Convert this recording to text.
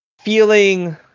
Feeling